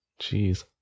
Jeez